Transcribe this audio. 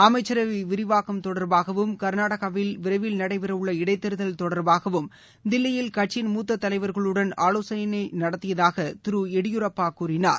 அமைச்சரவை விரிவாக்கம் தொடர்பாகவும் கர்நாடகாவில் விரைவில் நடைபெறவுள்ள இடைத் தேர்தல் தொடர்பாகவும் தில்லியில் கட்சியின் மூத்த தலைவர்களுடன் ஆலோசனை நடத்தியதாக திரு எடியூரப்பா கூறினார்